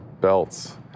belts